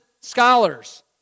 scholars